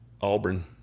Auburn